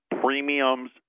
premiums